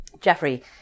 Jeffrey